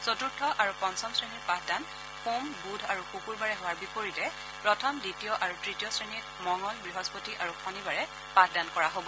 চতুৰ্থ আৰু পঞ্চম শ্ৰেণীৰ পাঠদান সোম বুধ আৰু শুকুৰবাৰে হোৱাৰ বিপৰীতে প্ৰথম দ্বিতীয় আৰু তৃতীয় শ্ৰেণীত মঙল বৃহস্পতি আৰু শনিবাৰে পাঠদান কৰা হ'ব